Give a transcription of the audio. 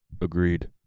Agreed